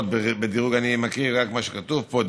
אני מקריא מה שכתוב פה,